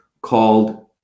called